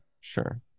sure